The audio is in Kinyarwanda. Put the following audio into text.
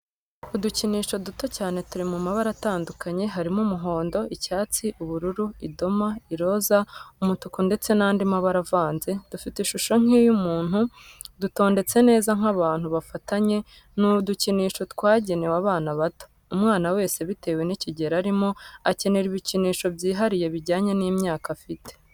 Udukinisho duto cyane turi mu mabara atandukanye harimo umuhondo, icyatsi, ubururu, idoma, iroza, umutuku ndetse n'andi mabara avanze, dufite ishusho nk'iy'umuntu dutondetse neza nk'abantu bafatanye, ni udukinisho twagenewe abana bato. Umwana wese bitewe n'ikigero arimo akenera ibikinsho byihariye bijyanye n'imyaka afite.